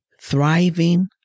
thriving